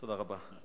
תודה רבה.